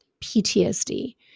ptsd